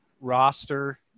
roster